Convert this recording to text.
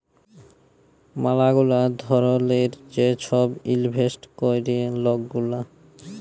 ম্যালা গুলা ধরলের যে ছব ইলভেস্ট ক্যরে লক গুলা